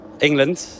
England